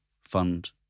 fund